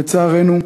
לצערנו,